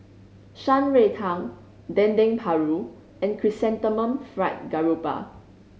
Shan Rui Tang Dendeng Paru and Chrysanthemum Fried Garoupa